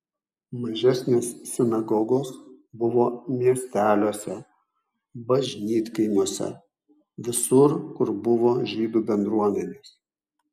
mažesnės sinagogos buvo miesteliuose bažnytkaimiuose visur kur buvo žydų bendruomenės